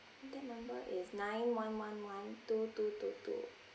contact number is nine one one one two two two two